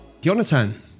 Jonathan